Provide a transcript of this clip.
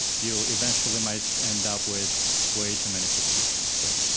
you eventually might end up with way too many subscriptions. so